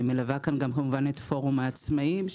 אני מלווה כאן כמובן גם פורום העצמאים,